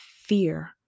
fear